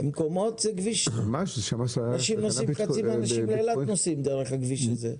אנשים נוסעים לאילת דרך הכביש הזה.